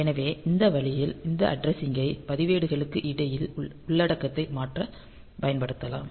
எனவே இந்த வழியில் இந்த அட்ரஸிங் ஐ பதிவேடுகளுக்கு இடையில் உள்ளடக்கத்தை மாற்ற பயன்படுத்தலாம்